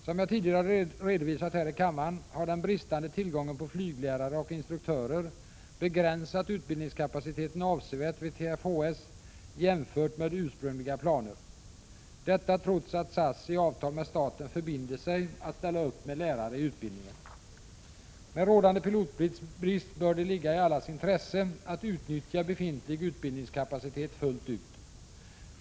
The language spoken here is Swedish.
Som jag tidigare redovisat här i kammaren har den bristande tillgången på flyglärare och instruktörer begränsat utbildningskapaciteten avsevärt vid TFHS jämfört med ursprungliga planer. Detta trots att SAS i avtal med staten förbinder sig att ställa upp med lärare i utbildningen. Med rådande pilotbrist bör det ligga i allas intresse att utnyttja befintlig utbildningskapacitet fullt ut.